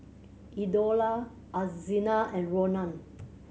Eudora Alzina and Ronan